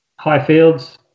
Highfields